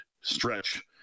stretch